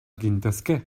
gintezke